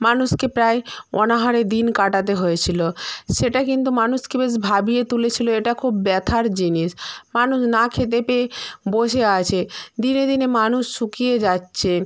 মানুষকে প্রায় অনাহারে দিন কাটাতে হয়েছিলো সেটা কিন্তু মানুষকে বেশ ভাবিয়ে তুলেছিলো এটা খুব ব্যথার জিনিস মানুষ না খেতে পেয়ে বসে আছে দিনে দিনে মানুষ শুকিয়ে যাচ্ছে